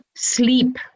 Sleep